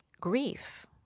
grief